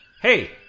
Hey